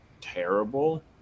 terrible